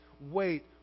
wait